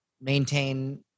maintain